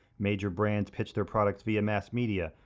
major brands pitched their products via mass media,